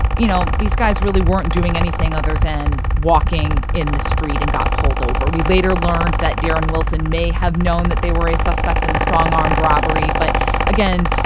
you know, these guys really weren't doing anything other than walking in the street and got pulled over. we later learned that darren wilson may have known that they were a suspect in the strong-armed robbery, but again,